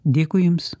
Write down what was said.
dėkui jums